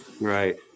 Right